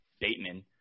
Bateman